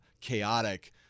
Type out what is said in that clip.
chaotic